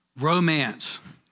romance